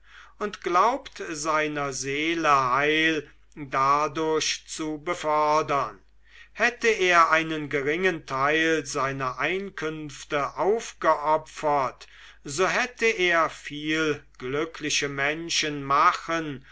und glaubt seiner seele heil dadurch zu befördern hätte er einen geringen teil seiner einkünfte aufgeopfert so hätte er viel glückliche menschen machen